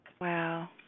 wow